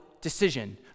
decision